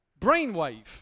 brainwave